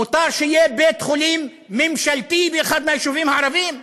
מותר שיהיה בית-חולים ממשלתי באחד היישובים הערביים.